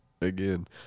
again